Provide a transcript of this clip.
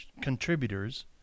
contributors